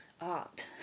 art